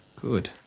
Good